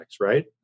right